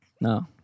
No